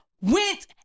went